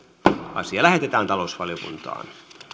asia lähetetään talousvaliokuntaan